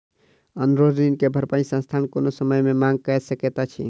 अनुरोध ऋण के भरपाई संस्थान कोनो समय मे मांग कय सकैत अछि